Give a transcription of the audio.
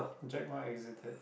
Jack-Ma exited